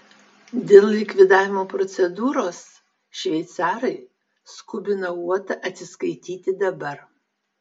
dėl likvidavimo procedūros šveicarai skubina uotą atsiskaityti dabar